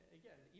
again